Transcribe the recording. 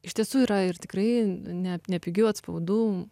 iš tiesų yra ir tikrai ne nepigių atspaudų